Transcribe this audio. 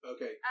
Okay